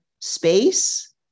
space